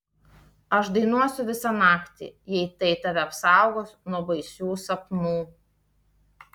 aš dainuosiu visą naktį jei tai tave apsaugos nuo baisių sapnų